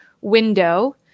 window